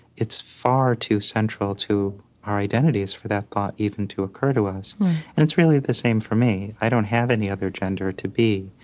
it's far too central to our identities for that thought even to occur to us and it's really the same for me. i don't have any other gender to be.